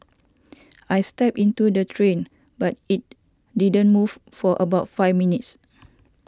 I stepped into the train but it didn't move for about five minutes